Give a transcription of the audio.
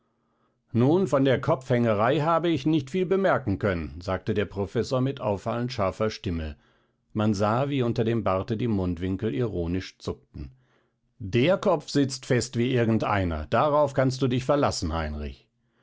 nun von der kopfhängerei habe ich nicht viel bemerken können sagte der professor mit auffallend scharfer stimme man sah wie unter dem barte die mundwinkel ironisch zuckten der kopf sitzt fest wie irgend einer darauf kannst du dich verlassen heinrich